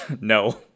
No